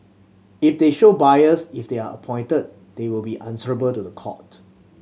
if they show bias if they are appointed they will be answerable to the court